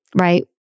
right